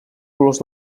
colors